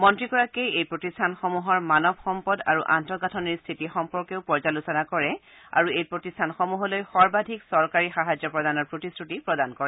মন্ত্ৰীগৰাকীয়ে এই প্ৰতিষ্ঠানসমূহৰ মানৱ সম্পদ আৰু আন্তঃগাঁথনিৰ স্থিতি সম্পৰ্কেও পৰ্যালোচনা কৰে আৰু এই প্ৰতিষ্ঠানসমূহলৈ সৰ্বাধিক চৰকাৰী সাহায্য প্ৰদানৰ প্ৰতিশ্ৰুতি প্ৰদান কৰে